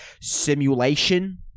simulation